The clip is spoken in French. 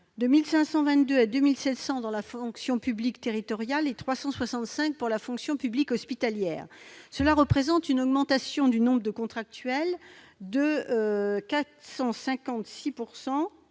1 522 à 2 700 emplois de la fonction publique territoriale et 365 emplois de la fonction publique hospitalière. Cela représente une augmentation du nombre de contractuels de 456